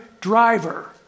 driver